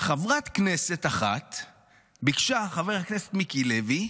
חברת כנסת אחת ביקשה, חבר הכנסת מיקי לוי,